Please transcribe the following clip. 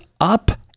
up